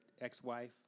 Ex-wife